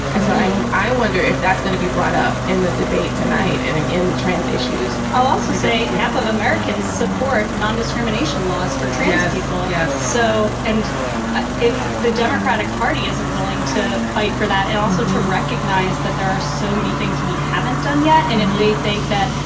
and so i wonder if that's going to be brought up in the debate tonight and in in trans issues i'll also say half of americans support nondiscrimination laws for trans people. yes. so. and ah if the democratic party isn't willing to fight for that and also to recognize that there are so many things we haven't done yet, and if they think that,